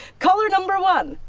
caller number one,